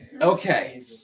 Okay